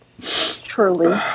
Truly